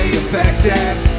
effective